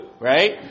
right